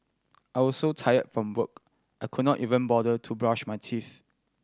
I was so tired from work I could not even bother to brush my teeth